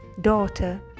daughter